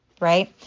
right